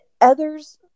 others